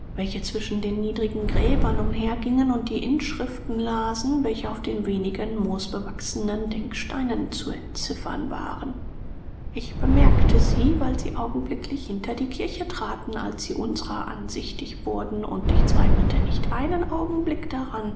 welche zwischen den niedrigen gräbern umhergingen und die inschriften lasen welche auf den wenigen moosbewachsenen denksteinen zu entziffern waren ich bemerkte sie weil sie augenblicklich hinter die kirche traten als sie unserer ansichtig wurden und ich zweifelte nicht einen augenblick daran